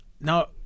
Now